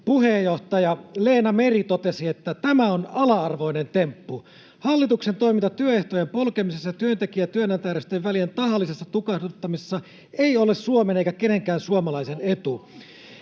puheenjohtaja Leena Meri totesi: ”Tämä on ala-arvoinen temppu. Hallituksen toiminta työehtojen polkemisessa ja työntekijä- ja työnantajajärjestöjen välien tahallisessa tulehduttamisessa ei ole Suomen eikä kenenkään suomalaisen etu.”